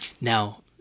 Now